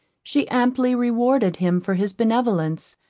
she amply rewarded him for his benevolence,